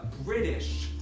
British